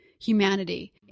humanity